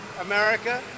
America